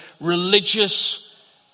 religious